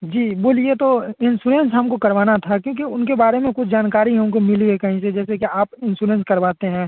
जी बोलिए तो इंश्योरेंस हमको करवाना था क्योंकि उनके बारे में कुछ जानकारी हमको मिली है कहीं से जैसे कि आप इंश्योरेंस करवाते हैं